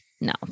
No